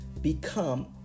become